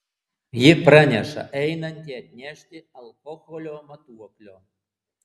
ji praneša einanti atnešti alkoholio matuoklio